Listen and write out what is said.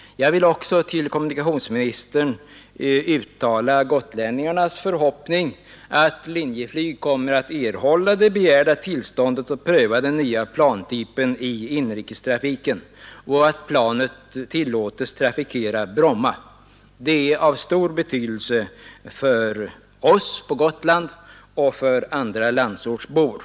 Jag vill också till kommunikationsministern uttala gotlänningarnas förhoppning att Linjeflyg kommer att erhålla det begärda tillståndet att pröva den nya plantypen i inrikestrafiken och att planet tillåts trafikera Bromma. Det är av stor betydelse för oss på Gotland och för andra landsortsbor.